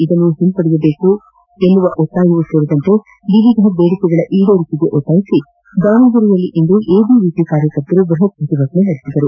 ಇದನ್ನು ಹಿಂಪಡೆಯಬೆಕು ಎನ್ನುವ ಬಗ್ಗೆಯಯೂ ಸೇರಿದಂತೆ ವಿವಿಧ ಬೇಡಿಕೆಗಳ ಈಡೇರಿಕೆಗೆ ಆಗ್ರಹಿಸಿ ದಾವಣಗೆರೆಯಲ್ಲಿಂದು ಎಬಿಪಿವಿ ಕಾಯಕರ್ತರು ಬೃಹತ್ ಪ್ರತಿಭಟನೆ ನಡೆಸಿದರು